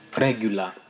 regular